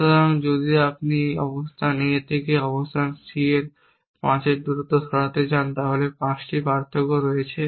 সুতরাং যদি আপনি একটি অবস্থান A থেকে অবস্থান C এ 5 দূরত্ব সরাতে চান তাহলে 5টি পার্থক্য রয়েছে